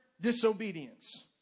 disobedience